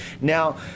Now